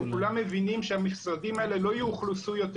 כי כולם מבינים שהמשרדים האלה לא יאוכלסו יותר